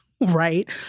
right